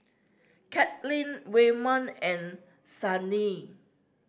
Kathlyn Waymon and Sydnee